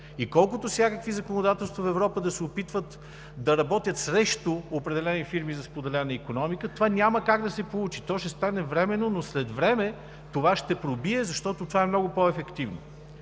и колкото всякакви законодателства в Европа да се опитват да работят срещу определени фирми за споделена икономика, това няма как да се получи. То ще стане временно, но след време това ще пробие, защото това е много по-ефективно.